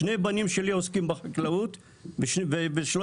שני בנים שלי עוסקים בחקלאות ושלא